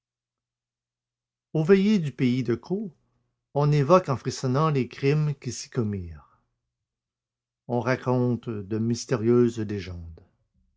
aux veillées du pays de caux on évoque en frissonnant les crimes qui s'y commirent on raconte de mystérieuses légendes